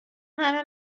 همه